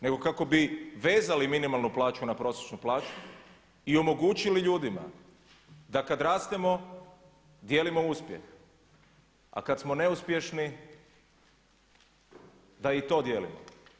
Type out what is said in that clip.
Nego kako bi vezali minimalnu plaću na prosječnu plaću i omogućili ljudima da kada rastemo dijelimo uspjeh, a kada smo neuspješni da i to dijelimo.